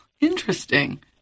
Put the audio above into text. Interesting